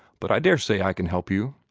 but i daresay i can help you.